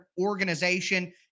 organization